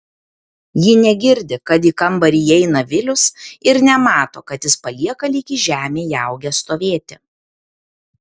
ji negirdi kad į kambarį įeina vilius ir nemato kad jis palieka lyg į žemę įaugęs stovėti